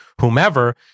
whomever